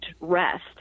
rest